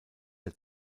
der